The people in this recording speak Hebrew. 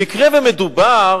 במקרה שמדובר